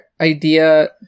idea